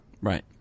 Right